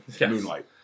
Moonlight